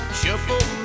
shuffle